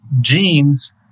genes